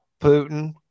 Putin